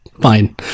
fine